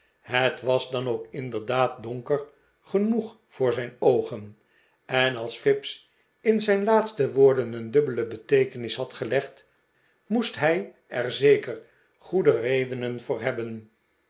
het was dan ook inderdaad donker genoeg voor zijn oogen en als fips in zijn laatste woorden een dubbele beteekenis had gelegd moest hij er zeker goede redenen voor hebben